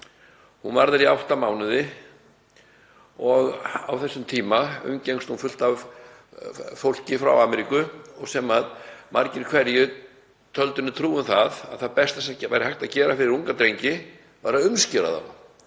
Hún var þar í átta mánuði og á þessum tíma umgekkst hún fullt af fólki frá Ameríku og margir töldu henni trú um það að það besta sem væri hægt að gera fyrir unga drengi væri að umskera þá,